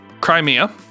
Crimea